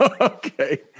Okay